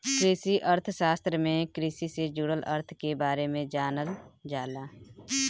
कृषि अर्थशास्त्र में कृषि से जुड़ल अर्थ के बारे में जानल जाला